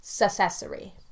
accessory